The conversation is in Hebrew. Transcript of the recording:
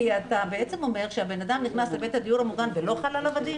כי אתה אומר שהאדם נכנס לבית הדיור המוגן ולא חל עליו הדין?